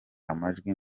amajwi